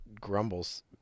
grumbles